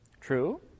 True